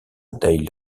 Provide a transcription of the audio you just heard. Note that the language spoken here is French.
dei